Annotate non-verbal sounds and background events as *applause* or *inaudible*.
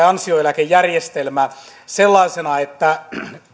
*unintelligible* ansioeläkejärjestelmä sellaisena että